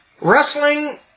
Wrestling